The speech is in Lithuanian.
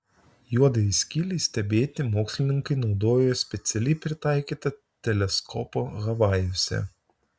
juodajai skylei stebėti mokslininkai naudojo specialiai pritaikytą teleskopą havajuose